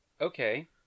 Okay